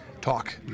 talk